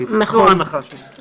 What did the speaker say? זו ההנחה שלי.